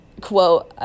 quote